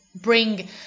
bring